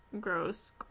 gross